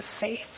faith